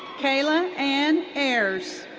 kaylie anne ayres.